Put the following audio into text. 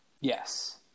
Yes